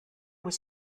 was